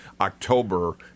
October